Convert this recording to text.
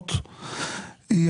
האחרונות היא